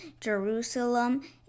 Jerusalem